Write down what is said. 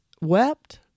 wept